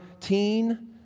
teen